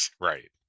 right